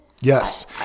Yes